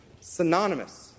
Synonymous